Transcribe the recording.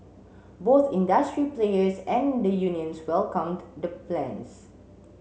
both industry players and the unions welcomed the plans